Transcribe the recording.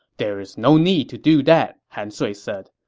there's no need to do that, han sui said.